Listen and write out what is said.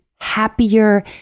happier